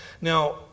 Now